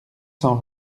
cent